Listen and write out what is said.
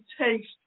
taste